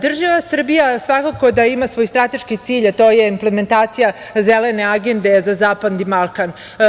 Država Srbija svakako da ima svoj strateški cilj, a to je implementacija zelene agende za zapadni Balkan.